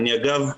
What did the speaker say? אגב,